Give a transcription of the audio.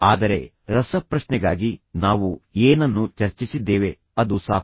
ಆದರೆ ರಸಪ್ರಶ್ನೆಗಾಗಿ ನಾವು ಏನನ್ನು ಚರ್ಚಿಸಿದ್ದೇವೆ ಅದು ಸಾಕು